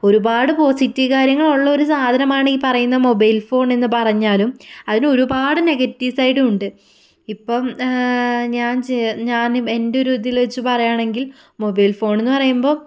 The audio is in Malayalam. ഒരുപാട് പോസിറ്റീവ് കാര്യങ്ങളുള്ള ഒരു സാധനമാണ് ഈ പറയുന്ന മൊബൈൽ ഫോൺ എന്ന് പറഞ്ഞാലും അതിന് ഒരുപാട് നെഗറ്റീവ് സൈഡും ഉണ്ട് ഇപ്പം ഞാൻ ചെയ് ഞാനും എൻ്റെ ഒരു ഇതിൽ വെച്ച് പറയുകയാണെങ്കിൽ മൊബൈൽ ഫോൺ എന്ന് പറയുമ്പോൾ